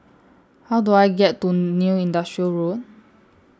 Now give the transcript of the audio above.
How Do I get to New Industrial Road